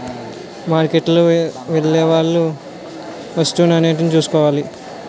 మార్కెట్కు వెళ్లేవాళ్లు వస్తూ నాణ్యతను చూసుకోవాలి